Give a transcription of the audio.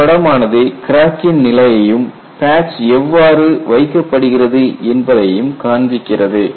இப்படமானது கிராக்கின் நிலையையும் பேட்ச் எவ்வாறு வைக்கப்படுகிறது என்பதையும் காண்பிக்கிறது